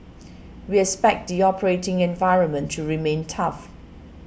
we expect the operating environment to remain tough